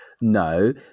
No